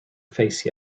face